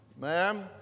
ma'am